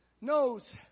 knows